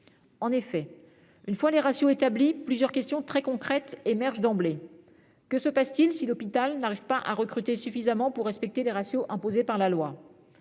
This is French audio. En effet, une fois les ratios établis, plusieurs questions très concrètes émergeraient d'emblée. Que se passe-t-il, par exemple, si l'hôpital n'arrive pas à recruter suffisamment pour respecter les ratios imposés par la loi ?